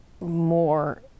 more